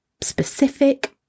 specific